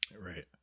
Right